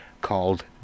called